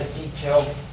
detailed